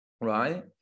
Right